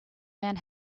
man